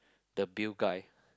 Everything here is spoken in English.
the Bill guy